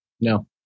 no